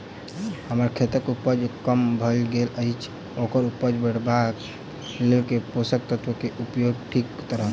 हम्मर खेतक उपज कम भऽ गेल अछि ओकर उपज बढ़ेबाक लेल केँ पोसक तत्व केँ उपयोग ठीक रहत?